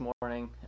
morning